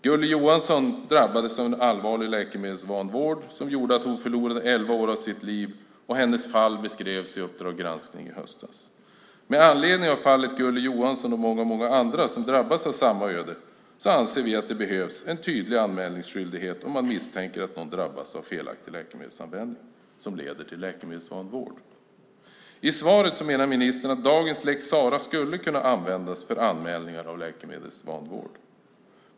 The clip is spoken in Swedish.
Gulli Johansson drabbades av en allvarlig läkemedelsvanvård som gjorde att hon förlorade elva år av sitt liv. Hennes fall beskrevs i Uppdrag granskning i höstas. Med anledning av fallet Gulli Johansson, och många andra som drabbats av samma öde, anser vi att det behövs en tydlig anmälningsskyldighet om man misstänker att någon drabbats av felaktig läkemedelsanvändning som leder till läkemedelsvanvård. I svaret menar ministern att dagens lex Sarah skulle kunna användas för anmälningar av läkemedelsvanvård.